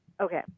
Okay